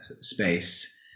space